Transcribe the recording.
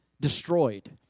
destroyed